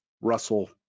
Russell